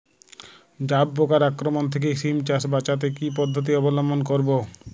জাব পোকার আক্রমণ থেকে সিম চাষ বাচাতে কি পদ্ধতি অবলম্বন করব?